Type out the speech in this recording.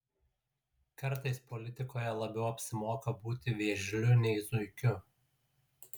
kartais politikoje labiau apsimoka būti vėžliu nei zuikiu